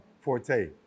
Forte